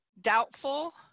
Doubtful